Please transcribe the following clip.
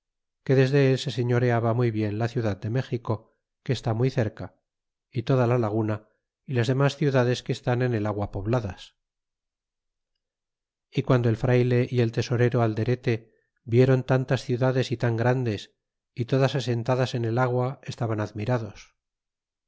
que desde él se señoreaba muy bien la ciudad de méxico que está muy cerca y toda la laguna y las demas ciudades que están en el agua pobladas y guando el frayle y el tesorero alderete viéron tantas ciudades y tan grandes y todas asentadas en el agua estaban admirados